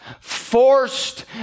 forced